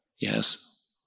yes